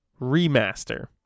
Remaster